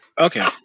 okay